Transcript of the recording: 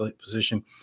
position